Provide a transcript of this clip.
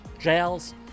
jails